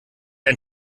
ein